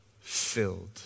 filled